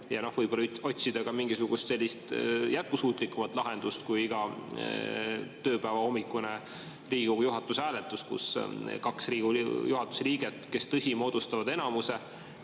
ja võib-olla otsida ka mingisugust jätkusuutlikumat lahendust kui iga tööpäeva hommikune Riigikogu juhatuse hääletus, kus kaks juhatuse liiget, tõsi küll, moodustavad enamuse,